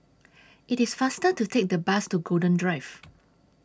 IT IS faster to Take The Bus to Golden Drive